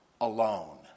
alone